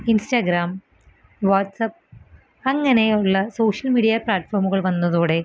Instagram WhatsApp അങ്ങനെയുള്ള social media പ്ലാറ്റ്ഫോമുകൾ വന്നതോടെ